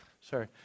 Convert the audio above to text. Sorry